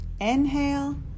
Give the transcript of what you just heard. inhale